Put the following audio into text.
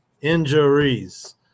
Injuries